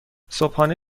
صبحانه